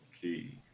key